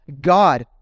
God